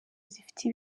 zifite